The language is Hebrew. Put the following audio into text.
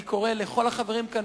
אני קורא לכל החברים כאן,